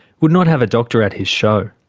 would not have a doctor at his show.